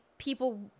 people